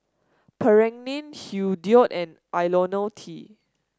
Pregain Hirudoid and IoniL T